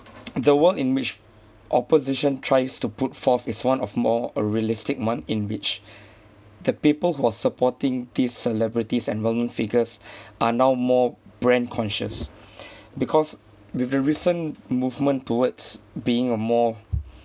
the world in which opposition tries to put forth is one of more a realistic one in which the people who are supporting these celebrities and well-known figures are now more brand conscious because with the recent movement towards being a more